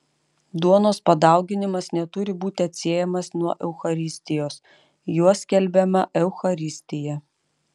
duonos padauginimas neturi būti atsiejamas nuo eucharistijos juo skelbiama eucharistija